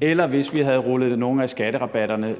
eller vi kunne have rullet nogle af skatterabatterne